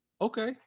Okay